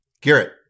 Garrett